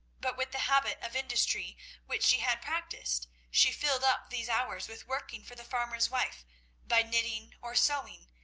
but with the habit of industry which she had practised, she filled up these hours with working for the farmer's wife by knitting or sewing,